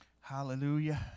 Hallelujah